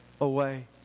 away